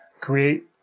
create